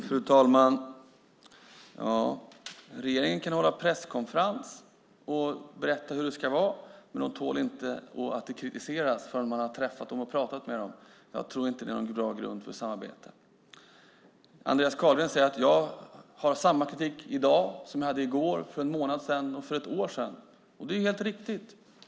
Fru talman! Ja, regeringen kan hålla presskonferens och berätta hur det ska vara. Men de tål inte att det kritiseras innan man träffat dem och pratat med dem. Det tror inte jag är någon bra grund för samarbete. Andreas Carlgren säger att jag i dag har samma kritik som den jag hade i går, för en månad sedan och för ett år sedan. Det är helt riktigt.